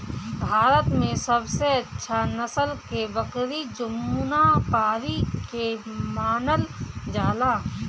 भारत में सबसे अच्छा नसल के बकरी जमुनापारी के मानल जाला